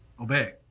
obey